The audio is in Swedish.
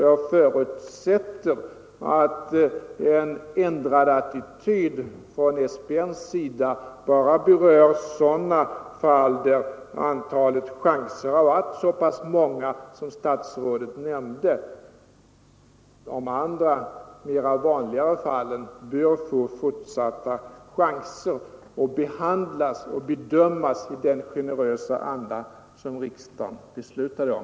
Jag förutsätter alltså att en ändrad attityd från SPN:s sida endast berör sådana fall där antalet chanser har varit många. De andra, mera vanliga fallen bör få fortsatta chanser och behandlas och bedömas i den generösa anda som riksdagen beslutade om.